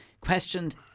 questioned